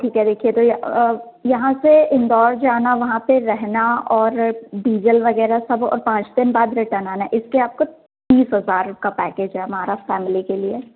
ठीक है देखिए तो यह यहाँ से इंदौर जाना वहाँ पर रहना और डीजल वग़ैरह सब और पाँच दिन बाद रिटर्न आना इसके आपको बीस हज़ार का पैकेज है हमारा फ़ैमिली के लिए